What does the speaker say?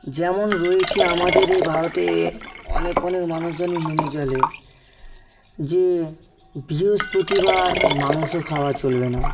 যেমন রয়েছে আমাদের এই ভারতে অনেক অনেক মানুষজনই মেনে চলে যে বৃহস্পতিবার মাংস খাওয়া চলবে না